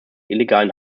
illegalen